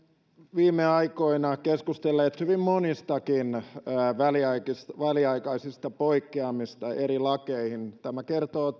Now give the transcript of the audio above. viime aikoina keskustelleet hyvin monistakin väliaikaisista poikkeamista eri lakeihin tämä kertoo